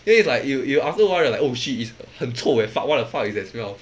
then it's like you you after awhile you're like oh shit it's 很臭 eh fuck what the fuck is that smell